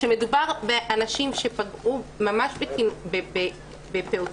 כשמדובר באנשים שפגעו ממש בפעוטות,